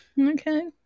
Okay